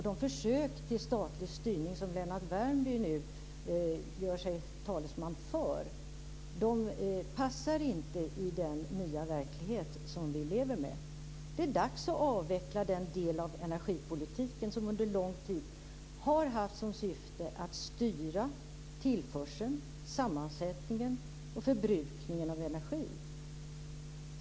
De försök till statlig styrning som Lennart Värmby nu gör sig till talesman för passar inte i den nya verklighet som vi lever med. Det är dags att avveckla den del av energipolitiken som under lång tid har haft som syfte att styra tillförseln, sammansättningen och förbrukningen av energi.